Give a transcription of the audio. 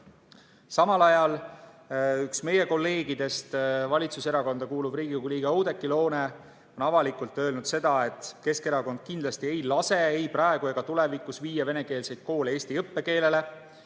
Samal ajal on üks meie kolleegidest, valitsuserakonda kuuluv Riigikogu liige Oudekki Loone avalikult öelnud seda, et Keskerakond kindlasti ei lase ei praegu ega tulevikus viia venekeelseid koole üle eesti õppekeelele